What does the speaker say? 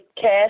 cash